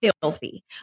filthy